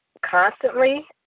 constantly